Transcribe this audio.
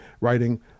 writing